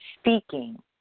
speaking